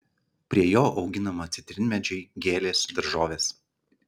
prie jo auginama citrinmedžiai gėlės daržovės